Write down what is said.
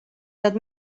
nad